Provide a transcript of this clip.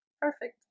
Perfect